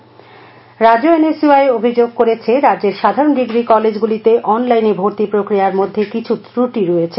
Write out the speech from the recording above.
N S U I রাজ্য N S U I অভিযোগ করেছে রাজ্যের সাধারন ডিগ্রি কলেজ গুলিতে অন লাইনে ভর্তি প্রক্রিয়ার মধ্যে কিছু ক্রটি রয়েছে